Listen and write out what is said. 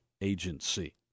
Agency